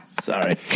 Sorry